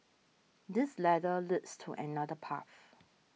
this ladder leads to another path